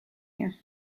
here